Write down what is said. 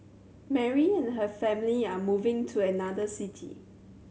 Mary and her family are moving to another city